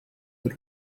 but